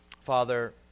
father